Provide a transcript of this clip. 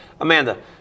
Amanda